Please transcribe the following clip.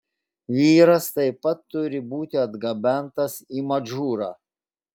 vyras taip pat turi būti atgabentas į madžūrą